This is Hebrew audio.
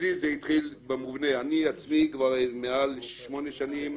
אני עצמי כבר מעל שמונה שנים